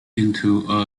into